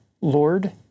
Lord